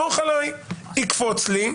יקפוץ לי,